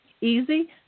easy